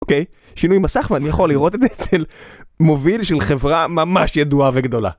אוקיי, שינוי מסך ואני יכול לראות את זה אצל מוביל של חברה ממש ידועה וגדולה.